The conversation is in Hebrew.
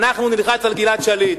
אנחנו נלחץ על גלעד שליט,